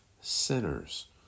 sinners